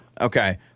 Okay